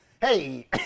Hey